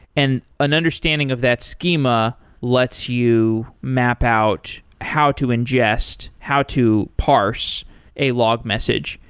and an understanding of that schema lets you map out how to ingest, how to parse a log message.